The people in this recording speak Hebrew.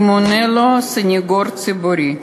ימונה לו סנגור ציבורי.